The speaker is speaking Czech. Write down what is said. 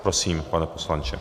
Prosím, pane poslanče.